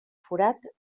forat